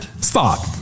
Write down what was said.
Stop